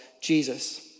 Jesus